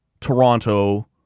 Toronto